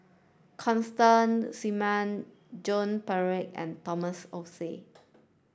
Constance Joan Pereira and Thomas Oxley